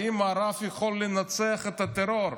האם המערב יכול לנצח את הטרור.